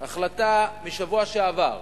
החלטה מהשבוע שעבר,